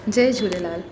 Jay Jhulelal